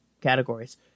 categories